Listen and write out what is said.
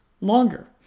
longer